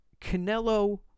Canelo